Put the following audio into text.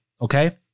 Okay